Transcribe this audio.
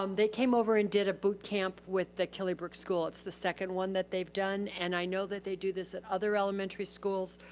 um they came over and did a bootcamp with the killybrooke's school. it's the second one that they've done. and i know that they do this at other elementary schools.